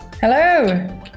Hello